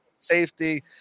safety